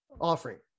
offering